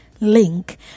link